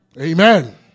Amen